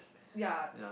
ya